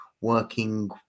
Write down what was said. working